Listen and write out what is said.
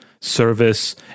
Service